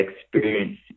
experience